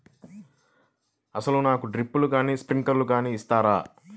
అసలు నాకు డ్రిప్లు కానీ స్ప్రింక్లర్ కానీ ఇస్తారా?